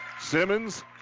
Simmons